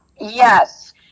yes